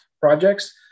projects